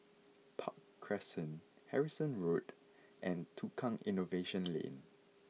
Park Crescent Harrison Road and Tukang Innovation Lane